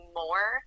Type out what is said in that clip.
more